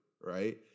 right